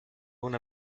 una